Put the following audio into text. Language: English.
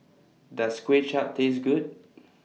Does Kuay Chap Taste Good